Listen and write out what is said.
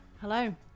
Hello